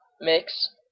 mix